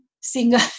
single